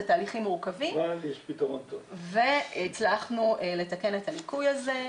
זה תהליכים מורכבים והצלחנו לתקן את הליקוי הזה.